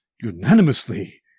unanimously